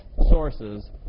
sources